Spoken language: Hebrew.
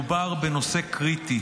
מדובר בנושא קריטי